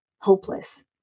hopeless